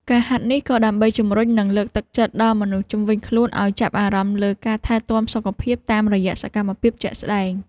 ការហាត់នេះ ក៏ដើម្បីជម្រុញ និងលើកទឹកចិត្តដល់មនុស្សជុំវិញខ្លួនឱ្យចាប់អារម្មណ៍លើការថែទាំសុខភាពតាមរយៈសកម្មភាពជាក់ស្ដែង។